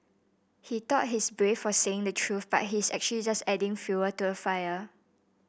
he thought he's brave for saying the truth but he's actually just adding fuel to a fire